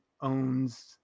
owns